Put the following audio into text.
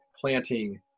planting